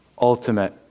ultimate